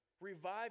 Revive